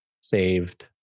saved